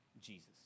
Jesus